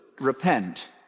repent